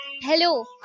Hello